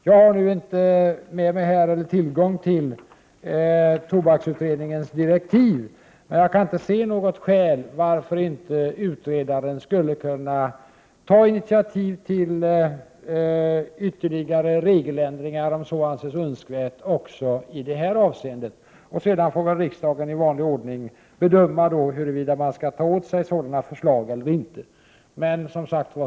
Jag har just nu inte tillgång till tobaksutredningens direktiv, men jag kan inte se något skäl till att utredningen inte skulle kunna ta initiativ till ytterligare regeländringar, om så anses önskvärt, också i det här avseendet. Sedan får väl riksdagen i vanlig ordning bedöma huruvida man kan ta åt sig sådana förslag eller inte.